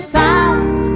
times